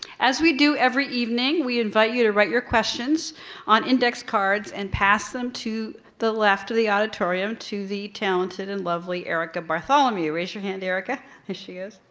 as we do every evening, we invite you to write your questions on index cards and pass them to the left of the auditorium to the talented and lovely erica bartholomew. raise your hand, erica. there she is.